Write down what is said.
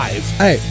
Hey